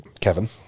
Kevin